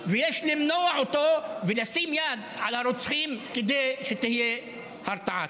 ויש למנוע אותו ולשים יד על הרוצחים כדי שתהיה הרתעה.